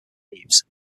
leaves